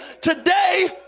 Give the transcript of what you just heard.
today